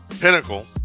Pinnacle